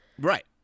Right